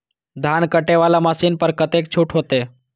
धान कटे वाला मशीन पर कतेक छूट होते?